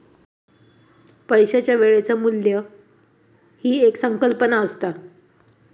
पैशाच्या वेळेचा मू्ल्य ही एक संकल्पना असता